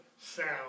sound